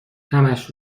همش